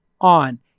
on